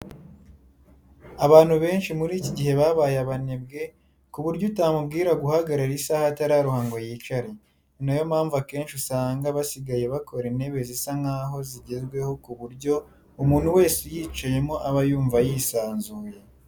Abantu benshi muri iki gihe babaye abanebwe ku buryo utamubwira guhagarara isaha atararuha ngo yicare. Ni na yo mpamvu akenshi usanga basigaye bakora intebe zisa nkaho zigezweho ku buryo umuntu wese uyicayemo aba yumva yisanzuye.